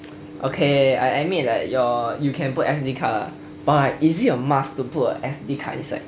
okay I admit that you're you can put S_D card but is it a must to put a S_D card inside